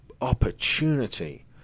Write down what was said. opportunity